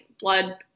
blood